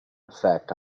effect